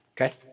okay